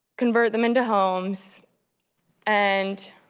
convert them into homes and